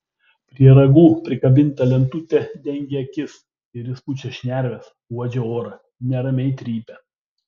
prie ragų prikabinta lentutė dengia akis ir jis pučia šnerves uodžia orą neramiai trypia